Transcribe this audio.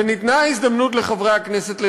וניתנה הזדמנות לחברי הכנסת לדבר,